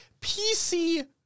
PC